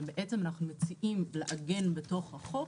ובעצם אנחנו מציעים לעגן בתוך החוק